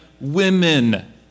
women